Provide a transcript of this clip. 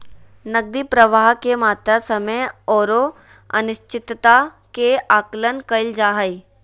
नकदी प्रवाह के मात्रा, समय औरो अनिश्चितता के आकलन कइल जा हइ